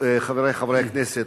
חברי חברי הכנסת,